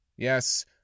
Yes